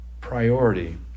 priority